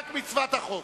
רק מצוות החוק.